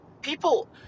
people